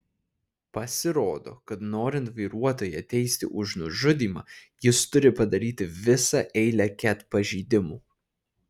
pasirodo kad norint vairuotoją teisti už nužudymą jis turi padaryti visą eilę ket pažeidimų